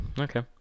Okay